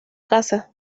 casa